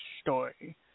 story